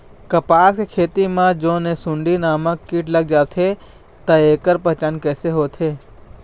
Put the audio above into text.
कपास के खेती मा जोन ये सुंडी नामक कीट लग जाथे ता ऐकर पहचान कैसे होथे?